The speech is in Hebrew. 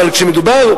ומדובר,